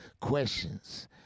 questions